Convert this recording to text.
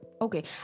Okay